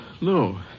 No